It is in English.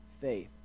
faith